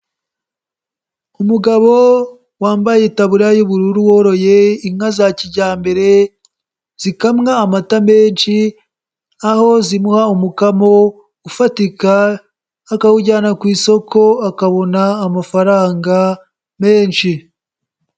Umugabo wambaye itaburiya y'ubururu woroye inka za kijyambere zikamwa amata menshi aho zimuha umukamo ufatika akawujyana ku isoko akabona amafaranga menshi.